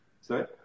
sorry